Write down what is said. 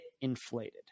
inflated